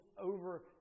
over